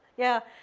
yeah.